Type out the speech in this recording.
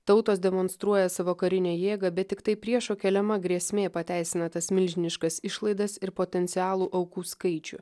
tautos demonstruoja savo karinę jėgą bet tiktai priešo keliama grėsmė pateisina tas milžiniškas išlaidas ir potencialų aukų skaičių